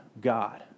God